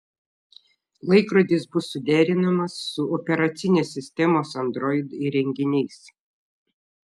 laikrodis bus suderinamas su operacinės sistemos android įrenginiais